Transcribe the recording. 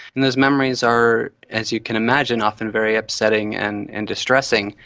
and those memories are, as you can imagine, often very upsetting and and distressing.